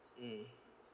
mm